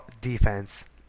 defense